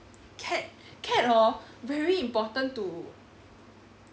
CAD CAD hor very important to